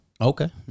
Okay